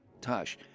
Tosh